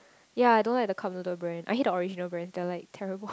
yea I don't like the cup noodle brand I hate original brand they are like terrible